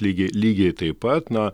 lygiai lygiai taip pat na